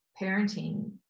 parenting